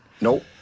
Nope